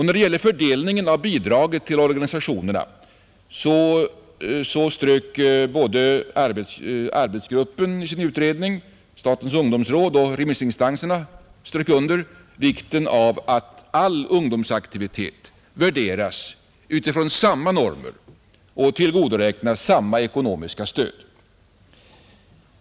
När det gäller fördelningen av bidraget till organisationerna underströk inte bara arbetsgruppen i sin utredning utan också statens ungdomsråd och remissinstanserna vikten av att all ungdomsaktivitet värderas enligt samma normer och tillgodoräknas samma ekonomiska stöd.